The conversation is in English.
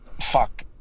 fuck